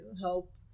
help